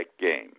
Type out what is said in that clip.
game